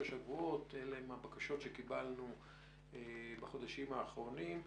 שבועות אלה הן הבקשות שקיבלנו בחודשים האחרונים,